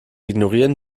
ignorieren